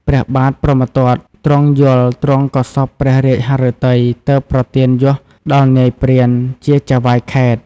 ព្រះបាទព្រហ្មទត្ត ទ្រង់យល់ ទ្រង់ក៏សព្វព្រះរាជហឫទ័យ ទើបប្រទានយសដល់នាយព្រានជាចៅហ្វាយខេត្ត។